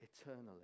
eternally